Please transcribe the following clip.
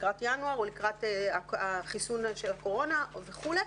לקראת ינואר או לקראת החיסון של הקורונה וכולי,